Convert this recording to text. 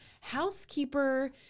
housekeeper